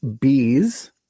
bees